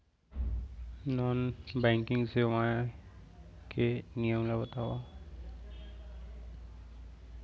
Non banking सेवाएं के नियम ला बतावव?